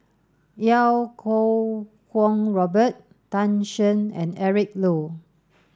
Iau Kuo Kwong Robert Tan Shen and Eric Low